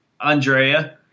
Andrea